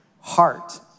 heart